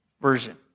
version